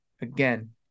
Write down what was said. again